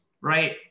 right